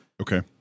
Okay